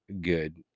good